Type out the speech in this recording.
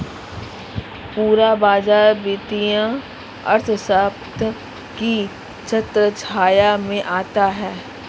पूरा बाजार वित्तीय अर्थशास्त्र की छत्रछाया में आता है